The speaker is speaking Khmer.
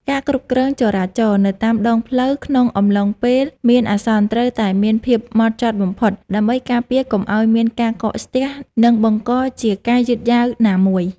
ការគ្រប់គ្រងចរាចរណ៍នៅតាមដងផ្លូវក្នុងអំឡុងពេលមានអាសន្នត្រូវតែមានភាពហ្មត់ចត់បំផុតដើម្បីការពារកុំឱ្យមានការកកស្ទះ និងបង្កជាការយឺតយ៉ាវណាមួយ។